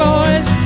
Boys